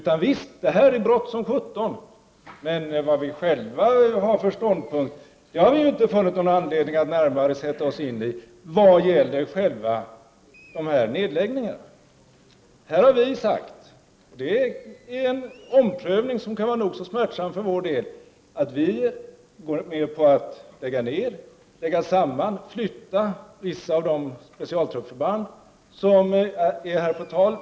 Här är det bråttom som sjutton, men vad vi själva har för ståndpunkt har vi inte haft anledning att närmare sätta oss in i vad gäller själva nedläggningarna, säger Hans Lindblad. Här har vi moderater sagt — det är en omprövning som kan vara nog så smärtsam för vår del — att vi går med på att lägga ner, lägga samman och flytta vissa av de specialtruppförband som här är på tal.